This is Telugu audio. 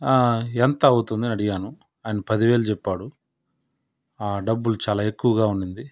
ఎంత అవుతుంది అడిగాను ఆయన పది వేలు చెప్పాడు డబ్బులు చాలా ఎక్కువగా ఉన్నింది